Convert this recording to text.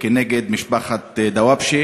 כנגד משפחת דוואבשה